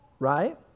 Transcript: Right